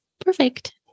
perfect